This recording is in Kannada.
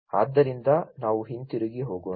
ಆದ್ದರಿಂದ ನಾವು ಹಿಂತಿರುಗಿ ಹೋಗೋಣ